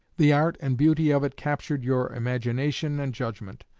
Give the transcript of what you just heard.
the art and beauty of it captured your imagination and judgment.